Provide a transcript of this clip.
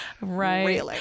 right